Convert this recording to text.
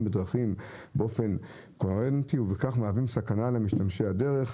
בדרכים באופן קוהרנטי ובכך מהווים סכנה למשתמשי הדרך,